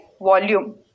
volume